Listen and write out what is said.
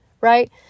Right